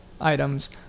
items